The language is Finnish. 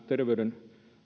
terveyden